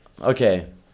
Okay